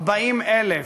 40,000,